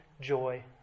joy